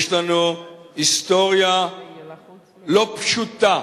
יש לנו היסטוריה לא פשוטה,